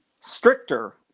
stricter